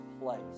place